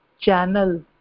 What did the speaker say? channel